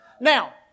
Now